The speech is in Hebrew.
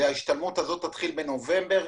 ההשתלמות הזאת תתחיל בנובמבר,